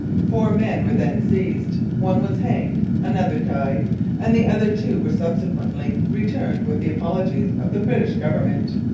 four men were then seized. one was hanged another died and the other two were subsequently returned with the apologies of the british government.